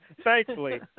thankfully